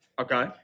Okay